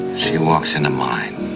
she walks into mine.